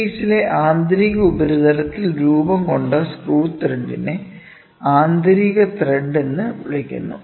work പീസിലെ ആന്തരിക ഉപരിതലത്തിൽ രൂപംകൊണ്ട സ്ക്രൂ ത്രെഡിനെ ആന്തരിക ത്രെഡ് എന്ന് വിളിക്കുന്നു